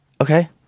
okay